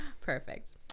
Perfect